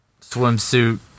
swimsuit